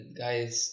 guys